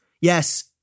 Yes